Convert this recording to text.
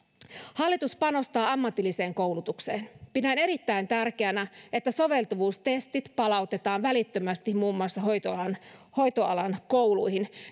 hallitus panostaa ammatilliseen koulutukseen pidän erittäin tärkeänä että soveltuvuustestit palautetaan välittömästi muun muassa hoitoalan hoitoalan kouluihin